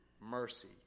mercy